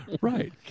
Right